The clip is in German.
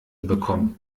bekommt